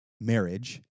marriage